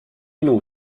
minu